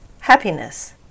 Happiness